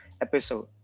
episode